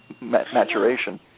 maturation